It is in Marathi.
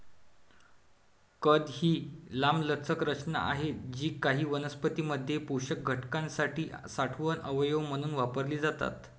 कंद ही लांबलचक रचना आहेत जी काही वनस्पतीं मध्ये पोषक घटकांसाठी साठवण अवयव म्हणून वापरली जातात